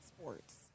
sports